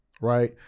Right